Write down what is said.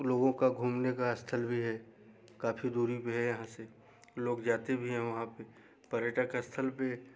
लोगों का घूमने का स्थल भी है काफ़ी दूरी पे है यहाँ से लोग जाते भी हैं वहाँ पे पर्यटक स्थल पे